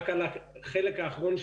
רק על החלק האחרון,